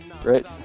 great